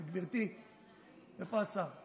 גברתי, איפה השר?